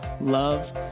love